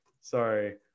Sorry